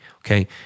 okay